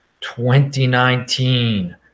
2019